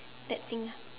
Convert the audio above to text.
that thing ah